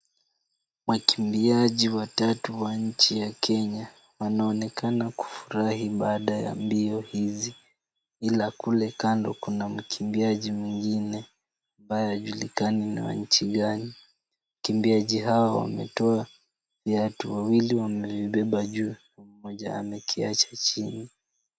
Wakimbiaji watatu wa nchi yetu ya kenya. Wanaonekana kufurahi baada ya mbio hizi ila kule kando kuna mkimbiaji mwingine ambaye hajulikani ni wa nchi gani. Wakimbiaji hao wametoa viatu. Wawili wamebeba juu mmoja wao amekiacha chini.